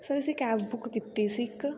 sir ਅਸੀਂ cab book ਕੀਤੀ ਸੀ ਇੱਕ